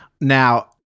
Now